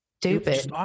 Stupid